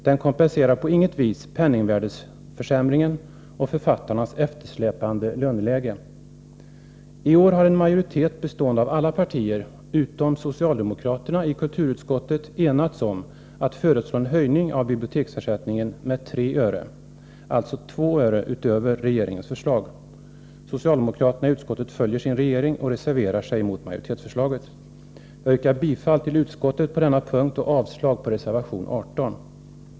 Den kompenserade på inget vis penningvärdeförsämringen och författarnas eftersläpande löneläge. I år har en majoritet bestående av alla partier, utom socialdemokraterna, i kulturutskottet enats om att föreslå en höjning av biblioteksersättningen med 3 öre, alltså 2 öre utöver regeringens förslag. Socialdemokraterna i utskottet följer sin regering och reserverar sig mot majoritetsförslaget. Fru talman! Jag yrkar bifall till utskottets hemställan på denna punkt och avslag på reservation 18.